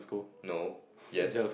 no yes